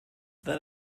that